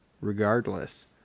regardless